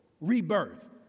rebirth